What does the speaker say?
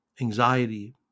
Anxiety